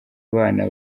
abana